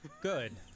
Good